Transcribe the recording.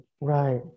right